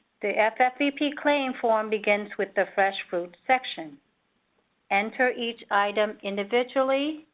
the ffvp claim form begins with the fresh fruits section enter each item individually,